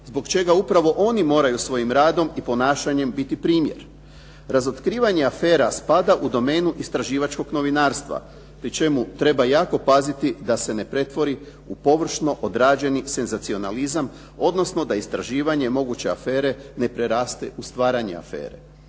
zbog čega upravo oni moraju svojim radom i ponašanjem biti primjer. Razotkrivanje afera spada u domenu istraživačkog novinarstva, pri čemu treba jako paziti da se ne pretvori u površno odrađeni senzacionalizam, odnosno da istraživanje moguće afere ne preraste u stvaranje afere.